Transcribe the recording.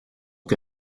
que